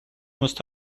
must